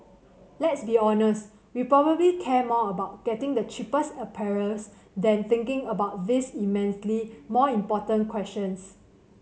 let's be honest we probably care more about getting the cheapest apparels than thinking about these immensely more important questions